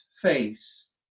face